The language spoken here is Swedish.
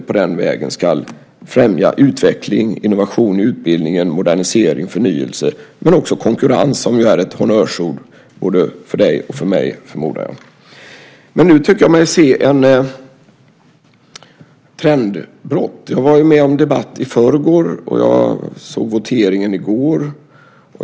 På den vägen ska systemet främja utveckling, innovation i utbildningen, modernisering, förnyelse och också konkurrens, som ju är ett honnörsord för både dig och mig förmodar jag. Men nu tycker jag mig se ett trendbrott. Jag var med om en debatt i förrgår, och jag såg voteringen i går.